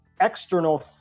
external